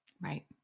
Right